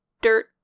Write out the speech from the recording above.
dirt